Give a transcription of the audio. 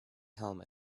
helmet